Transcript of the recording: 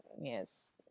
yes